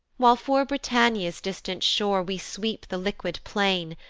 while for britannia's distant shore we sweep the liquid plain,